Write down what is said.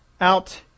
out